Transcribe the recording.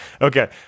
Okay